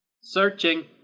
searching